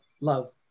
love